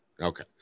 Okay